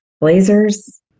Blazers